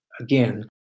again